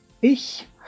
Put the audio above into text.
ich